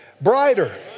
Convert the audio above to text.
brighter